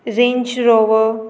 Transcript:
wrench रोवो